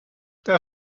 der